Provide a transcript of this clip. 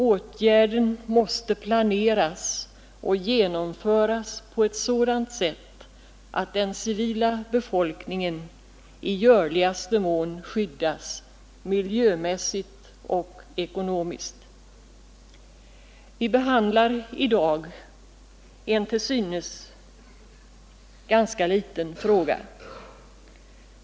Åtgärden måste planeras och genomföras på ett sådant sätt att den civila befolkningen i görligaste mån skyddas, miljömässigt och ekonomiskt. Vi behandlar i dag en till synes ganska liten fråga.